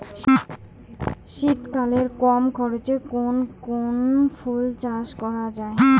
শীতকালে কম খরচে কোন কোন ফুল চাষ করা য়ায়?